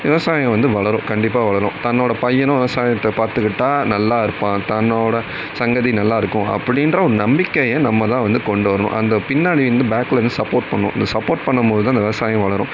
விவசாயம் வந்து வளரும் கண்டிப்பாக வளரும் தன்னோடய பையனும் விவசாயத்தை பார்த்துக்கிட்டா நல்லாயிருப்பான் தன்னோடய சங்கதி நல்லா இருக்கும் அப்படின்ற ஒரு நம்பிக்கையை நம்ம தான் வந்து கொண்டு வரணும் அந்த பின்னாடி இருந்து பேக்லேருந்து சப்போட் பண்ணனும் சப்போட் பண்ணும் போது தான் இந்த விவசாயம் வளரும்